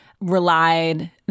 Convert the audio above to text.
relied